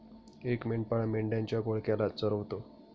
एक मेंढपाळ मेंढ्यांच्या घोळक्याला चरवतो